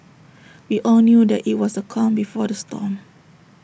we all knew that IT was the calm before the storm